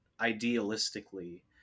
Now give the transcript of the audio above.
idealistically